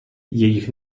jejich